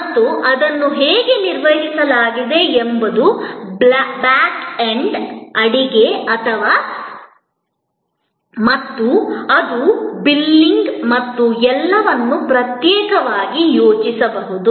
ಮತ್ತು ಅದನ್ನು ಹೇಗೆ ನಿರ್ವಹಿಸಲಾಗಿದೆ ಎಂಬುದು ಬ್ಯಾಕ್ ಎಂಡ್ ಅಡಿಗೆ ಮತ್ತು ಅದು ಬಿಲ್ಲಿಂಗ್ ಮತ್ತು ಎಲ್ಲವನ್ನು ಪ್ರತ್ಯೇಕವಾಗಿ ಯೋಚಿಸಬಹುದು